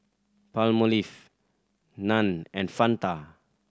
Palmolive Nan and Fanta